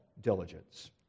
diligence